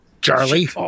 Charlie